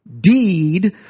deed